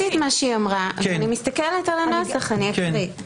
את מה שהיא אמרה אני מסתכלת על הנוסח ואני אקריא.